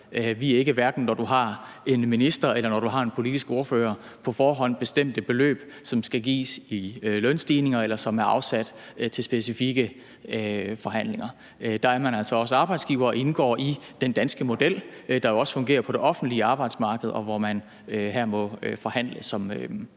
vi hverken som minister eller politisk ordfører på forhånd bestemte beløb, som skal gives til lønstigninger, eller som er afsat til specifikke forhandlinger. Der er man altså også arbejdsgiver og indgår i den danske model, der jo også fungerer på det offentlige arbejdsmarked, og der må man forhandle som arbejdsgiver.